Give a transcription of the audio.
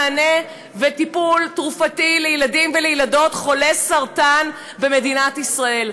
מענה וטיפול תרופתי לילדים ולילדות חולי סרטן במדינת ישראל.